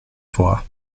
vor